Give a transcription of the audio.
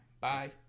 Bye